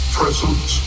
present